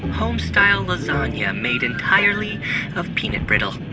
homestyle lasagna made entirely of peanut brittle